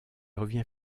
revient